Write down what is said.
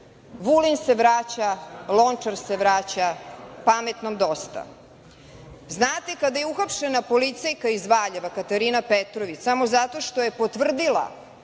Vulin se vraća, Lončar se vraća, pametnom dosta. Znate, kada je uhapšena policajka iz Valjeva, Katarina Petrović, samo zato što je potvrdila